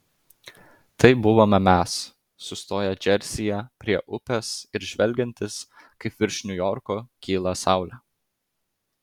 tai buvome mes sustoję džersyje prie upės ir žvelgiantys kaip virš niujorko kyla saulė